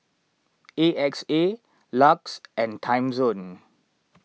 A X A Lux and Timezone